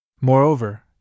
Moreover